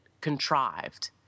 contrived